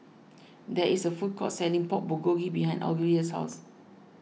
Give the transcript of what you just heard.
there is a food court selling Pork Bulgogi behind Olivia's house